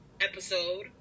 episode